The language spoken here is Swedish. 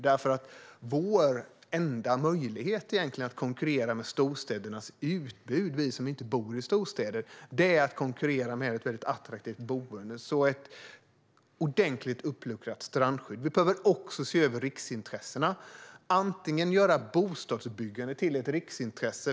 Den enda möjligheten för oss som inte bor i storstäder att konkurrera med storstädernas utbud är nämligen att erbjuda väldigt attraktiva boenden. Vi behöver alltså ett ordentligt uppluckrat strandskydd. Vi behöver också se över riksintressena. Ett alternativ är att göra bostadsbyggande till ett riksintresse.